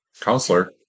Counselor